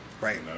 Right